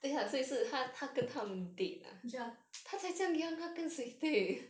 ya